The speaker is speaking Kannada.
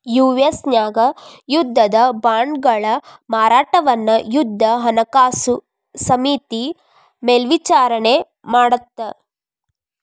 ಯು.ಎಸ್ ನ್ಯಾಗ ಯುದ್ಧದ ಬಾಂಡ್ಗಳ ಮಾರಾಟವನ್ನ ಯುದ್ಧ ಹಣಕಾಸು ಸಮಿತಿ ಮೇಲ್ವಿಚಾರಣಿ ಮಾಡತ್ತ